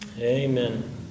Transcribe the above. Amen